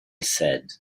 said